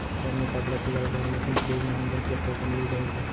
घर मे कपड़ा सिलाई बार मशीन खरीदना हे बैंक ले करजा मिलिस जाही का?